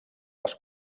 les